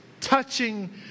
touching